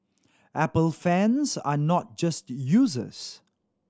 apple fans are not just users